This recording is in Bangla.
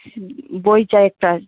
বই চাই তাঁর